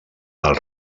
del